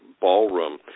ballroom